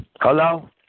Hello